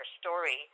story